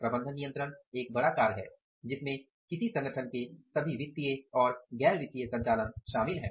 प्रबंधन नियंत्रण एक बड़ा कार्य है जिसमें किसी संगठन के सभी वित्तीय और गैर वित्तीय संचालन शामिल हैं